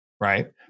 right